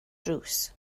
drws